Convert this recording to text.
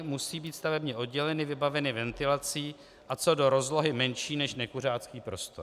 Musí být stavebně odděleny, vybaveny ventilací a co do rozlohy menší než nekuřáckých prostor.